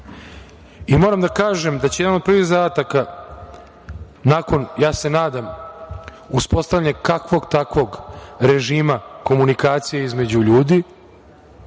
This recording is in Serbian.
farmi. Moram da kažem da će jedan od prvih zadataka nakon, ja se nadam, uspostavljanja kakvog takvog režima komunikacija između ljudi